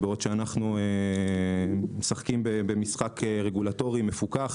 בעוד שאנחנו משחקים במשחק רגולטורי מפוקח,